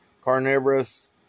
Carnivorous